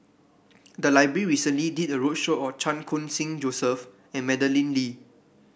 the library recently did a roadshow on Chan Khun Sing Joseph and Madeleine Lee